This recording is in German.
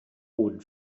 boden